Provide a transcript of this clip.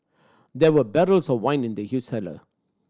there were barrels of wine in the huge cellar